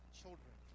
children